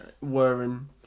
wearing